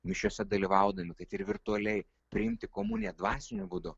mišiose dalyvaudami kad ir virtualiai priimti komuniją dvasiniu būdu